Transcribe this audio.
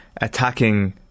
attacking